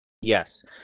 Yes